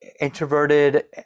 introverted